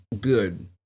good